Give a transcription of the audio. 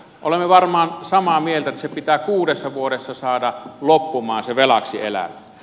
olemme varmaan samaa mieltä että pitää kuudessa vuodessa saada loppumaan se velaksi eläminen